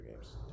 games